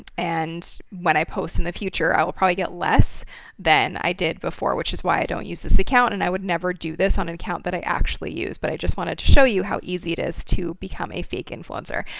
and when i post in the future, i will probably get less than i did before, which is why i don't use this account. and i would never do this on an account that i actually use, but i just wanted to show you how easy it is to become a fake influencer.